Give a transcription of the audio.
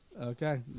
Okay